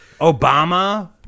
Obama